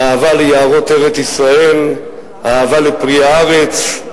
אהבה ליערות ארץ-ישראל, אהבה לפרי הארץ,